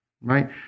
right